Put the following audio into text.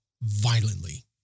violently